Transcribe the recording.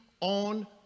on